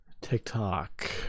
TikTok